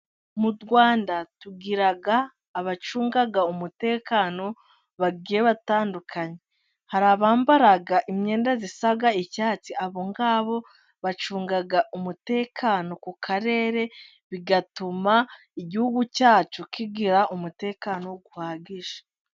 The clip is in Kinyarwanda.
Mu Rwanda tugira abacunga umutekano bagiye batandukanye, hari abambara imyenda isa n'icyatsi abo ngabo bacunga umutekano ku karere, bigatuma igihugu cyacu kigira umutekano uhagije.